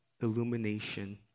illumination